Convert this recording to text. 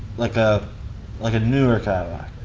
like ah like a newer cadillac.